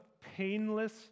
painless